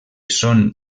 són